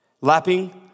lapping